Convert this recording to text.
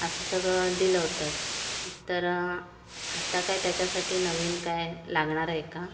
असं सगळं दिलं होतं तर आत्ता काय त्याच्यासाठी नवीन काय लागणार आहे का